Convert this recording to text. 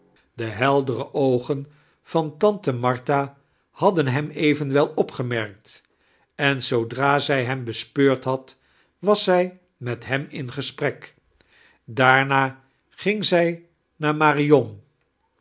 de heldere oogen van tante martha hadden hem evieaiwel opgeimerkt en zoodra zij hem bespeurd had was zij met hem in gespnek daama ging zij naar marion